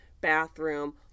bathroom